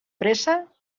pressa